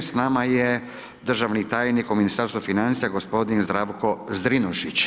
S nama je državni tajnik u Ministarstvu financija, gospodin Zdravko Zrinušić.